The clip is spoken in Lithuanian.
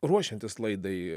ruošiantis laidai